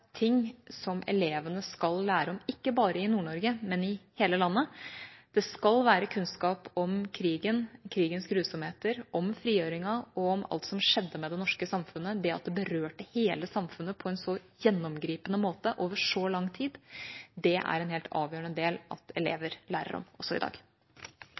ting som elevene skal lære om, ikke bare i Nord-Norge, men i hele landet. Det skal være kunnskap om krigen og krigens grusomheter, om frigjøringen og om alt som skjedde med det norske samfunnet. Det at det berørte hele samfunnet på en så gjennomgripende måte over så lang tid, er det helt avgjørende at elever lærer om også i dag.